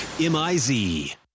M-I-Z